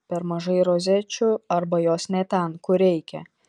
per mažai rozečių arba jos ne ten kur reikia